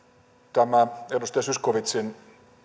tämä edustaja zyskowiczin